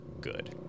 good